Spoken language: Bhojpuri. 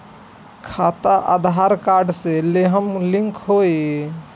खाता आधार कार्ड से लेहम लिंक होई?